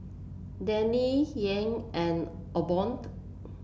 Dagny Yael and